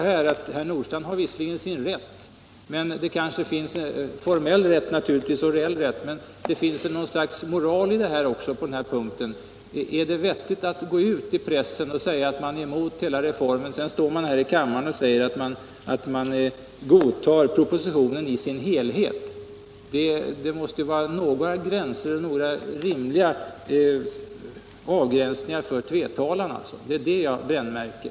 Herr Nordstrandh har naturligtvis sin formella och reella rätt att göra detta, men det finns något slags moral också på den här punkten. Är det vettigt att gå ut i pressen och säga att man är emot hela reformen och sedan stå i kammaren och säga att man godtar propositionen i dess helhet? Det måste finnas några rimliga gränser för tvetalan. Det är denna tvetalan jag brännmärker.